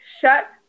Shut